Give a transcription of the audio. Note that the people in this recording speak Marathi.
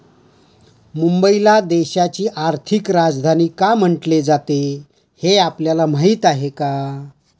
मुंबईला देशाची आर्थिक राजधानी का म्हटले जाते, हे आपल्याला माहीत आहे का?